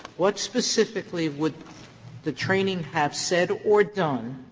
what specifically would the training have said or done